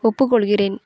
ஒப்புக்கொள்கிறேன்